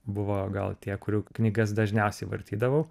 buvo gal tie kurių knygas dažniausiai vartydavau